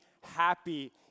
happy